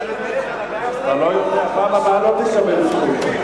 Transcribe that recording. אני לא יודע עדיין.